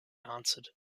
answered